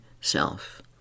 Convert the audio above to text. self